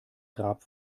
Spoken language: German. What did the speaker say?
grab